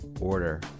order